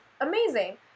amazing